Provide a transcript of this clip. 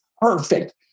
perfect